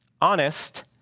Honest